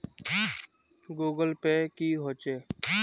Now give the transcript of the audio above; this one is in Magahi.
गूगल पै की होचे?